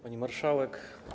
Pani Marszałek!